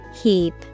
Heap